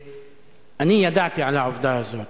אני ידעתי על העובדה הזאת,